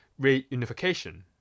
reunification